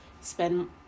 spend